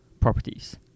properties